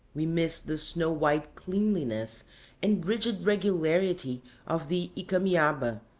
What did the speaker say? we missed the snow-white cleanliness and rigid regularity of the icamiaba,